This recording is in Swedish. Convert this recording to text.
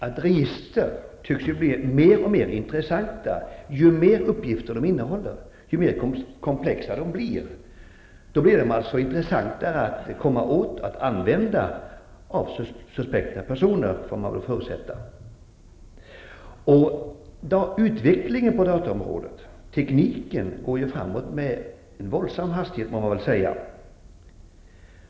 Registren tycks bli mer och mer intressanta ju flera uppgifter de innehåller och ju mer komplexa de blir. Då blir de intressantare att använda -- av suspekta personer, får man väl förutsätta. Utvecklingen på dataområdet och tekniken går framåt med våldsam hastighet.